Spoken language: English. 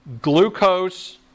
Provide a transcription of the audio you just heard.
glucose